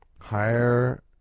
higher